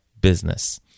business